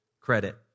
credit